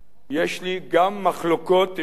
גם לי יש מחלוקות עם חברי אהוד ברק,